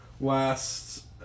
last